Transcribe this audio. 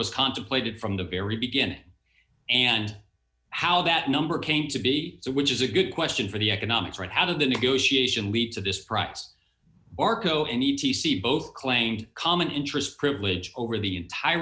was contemplated from the very beginning and how that number came to be so which is a good question for the economics right out of the negotiation weeds of this price arco and e t c both claimed common interest privilege over the entire